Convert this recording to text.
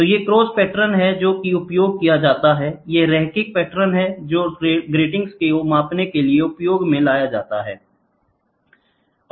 तो ये cross pattern हैं जो कि उपयोग किए जाते हैं ये रैखिक पैटर्न हैं जो ग्रीटिंग्स को मापने के लिए उपयोग किए जाते हैं